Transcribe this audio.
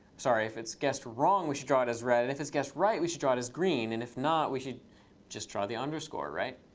sorry. if it's guessed wrong, we should draw it as red. and if it's guessed right, we should draw it as green. and if not, we should just draw the underscore, right?